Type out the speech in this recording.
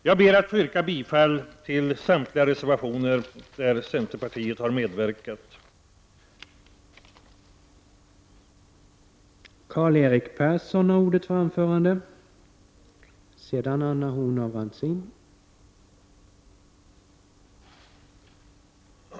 Jag ber att få yrka bifall till samtliga de reservationer som centerpartiet har medverkat till.